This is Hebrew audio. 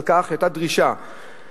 על כך שהיתה דרישה מההורים,